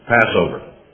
Passover